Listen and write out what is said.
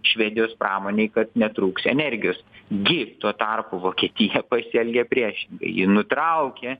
švedijos pramonei kad netrūks energijos gi tuo tarpu vokietija pasielgė priešingai ji nutraukė